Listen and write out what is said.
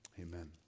Amen